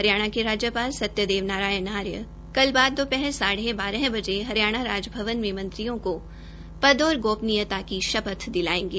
हरियाणा के राज्यपाल नारायण आर्य कल बाद दोपहर साढ़े बारह बजे हरियाणा सत्यदेव राजभवन में मंत्रियों को पद और गोपनियता की शपथ दिलायेंगे